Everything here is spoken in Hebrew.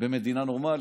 במדינה נורמלית.